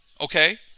Okay